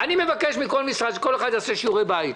אני מבקש מכל המשרדים, שכל אחד יעשה שיעורי בית.